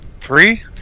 three